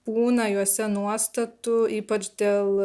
būna juose nuostatų ypač dėl